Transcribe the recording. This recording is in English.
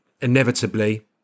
inevitably